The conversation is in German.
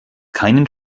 keinen